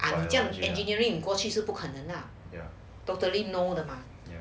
ah 这样你 engineering 过去是不可能的 totally no 的吗